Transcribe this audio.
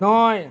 নয়